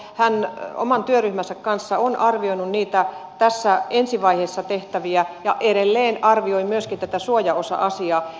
hän oman työryhmänsä kanssa on arvioinut niitä tässä ensi vaiheessa tehtäviä asioita ja edelleen arvioi myöskin tätä suojaosa asiaa